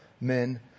men